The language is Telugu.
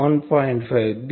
5